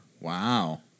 Wow